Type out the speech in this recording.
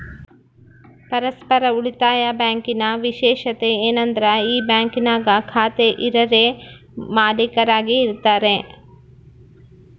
ಪರಸ್ಪರ ಉಳಿತಾಯ ಬ್ಯಾಂಕಿನ ವಿಶೇಷತೆ ಏನಂದ್ರ ಈ ಬ್ಯಾಂಕಿನಾಗ ಖಾತೆ ಇರರೇ ಮಾಲೀಕರಾಗಿ ಇರತಾರ